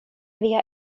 via